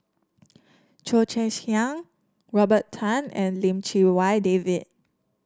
Cheo Chai Hiang Robert Tan and Lim Chee Wai David